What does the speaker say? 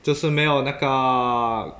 就是没有那个